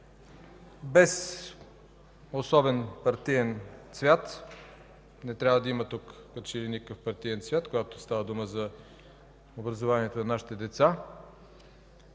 без особен партиен цвят. Не трябва да има тук никакъв партиен цвят, когато става дума за образованието на нашите деца.